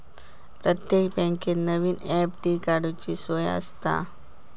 प्रत्येक बँकेत नवीन एफ.डी काडूची सोय आसता